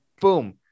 boom